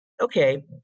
okay